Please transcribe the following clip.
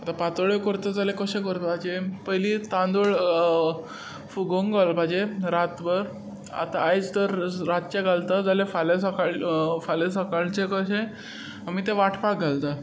आतां पातोळ्यो करता जाल्यार कशें करपाचें पयलीं तांदूळ फुगोवंक घालपाचे रातभर आतां आयज तर रातचे घालता फाल्यां सकाळचे कशे आमी ते वांटपाक घालता